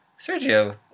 Sergio